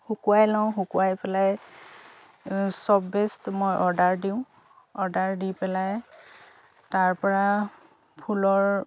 শুকুৱাই লওঁ শুকুৱাই পেলাই চপ বেষ্ট মই অৰ্ডাৰ দিওঁ অৰ্ডাৰ দি পেলাই তাৰ পৰা ফুলৰ